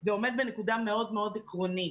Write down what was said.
זה עומד בנקודה מאוד מאוד עקרונית.